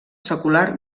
secular